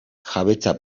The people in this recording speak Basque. jabetza